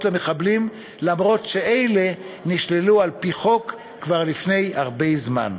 למחבלים אף שאלה נשללו על-פי חוק כבר לפני הרבה זמן.